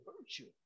virtue